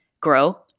grow